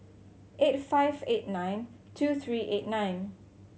eight five eight nine two three eight nine